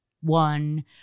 One